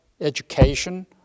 education